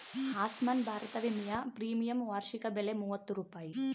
ಆಸ್ಮಾನ್ ಭಾರತ ವಿಮೆಯ ಪ್ರೀಮಿಯಂ ವಾರ್ಷಿಕ ಬೆಲೆ ಮೂವತ್ತು ರೂಪಾಯಿ